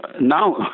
now